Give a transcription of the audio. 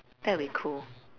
that'll be cool